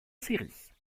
séries